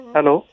Hello